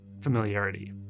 familiarity